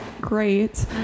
great